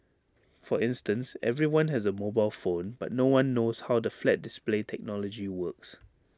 for instance everyone has A mobile phone but no one knows how the flat display technology works